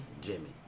Jimmy